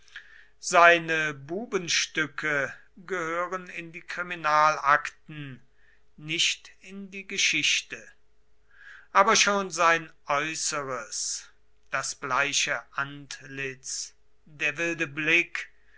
seine bubenstücke gehören in die kriminalakten nicht in die geschichte aber schon sein äußeres das bleiche antlitz der wilde blick